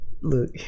look